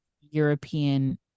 European